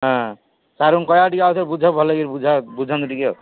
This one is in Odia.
ହଁ ସାର୍ଙ୍କୁ କହିବା ଟିକେ ଆଉଥରେ ବୁଝାଅ ଭଲକି ବୁଝାଅ ବୁଝାନ୍ତୁ ଟିକେ